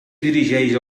dirigeix